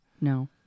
No